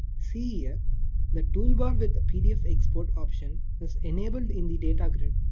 see here the toolbar with a pdf export option is enabled in the data grid.